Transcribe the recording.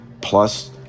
plus